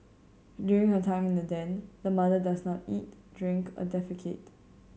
during her time in the den the mother does not eat drink or defecate